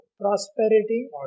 prosperity